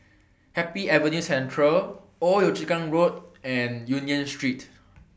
Happy Avenue Central Old Yio Chu Kang Road and Union Street